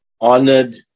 honored